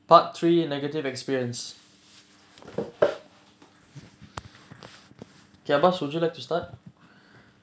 part three negative experience gearbox would you like to start